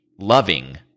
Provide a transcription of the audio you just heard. loving